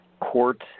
court